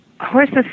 horses